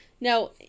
now